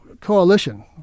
coalition